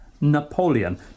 Napoleon